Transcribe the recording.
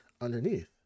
underneath